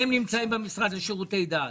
הם נמצאים במשרד לשירותי דת,